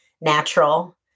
natural